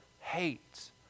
hates